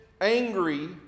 angry